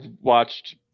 watched